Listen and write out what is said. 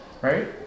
right